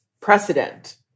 precedent